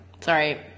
Sorry